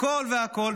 הכול והכול,